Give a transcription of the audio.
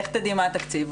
איך תדעי מה התקציב?